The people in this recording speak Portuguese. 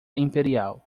imperial